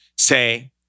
Say